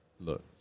look